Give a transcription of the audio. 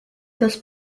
das